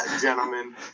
gentlemen